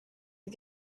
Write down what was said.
you